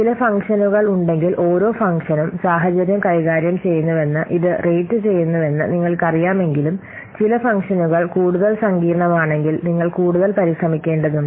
ചില ഫംഗ്ഷനുകൾ ഉണ്ടെങ്കിൽ ഓരോ ഫംഗ്ഷനും സാഹചര്യം കൈകാര്യം ചെയ്യുന്നുവെന്ന് ഇത് റേറ്റുചെയ്യുന്നുവെന്ന് നിങ്ങൾക്കറിയാമെങ്കിലും ചില ഫംഗ്ഷനുകൾ കൂടുതൽ സങ്കീർണ്ണമാണെങ്കിൽ നിങ്ങൾ കൂടുതൽ പരിശ്രമിക്കേണ്ടതുണ്ട്